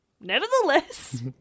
Nevertheless